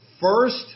First